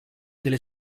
delle